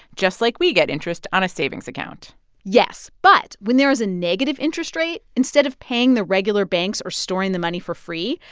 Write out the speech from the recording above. just like we get interest on a savings account yes. but when there is a negative interest rate, instead of paying the regular banks or storing the money for free,